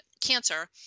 cancer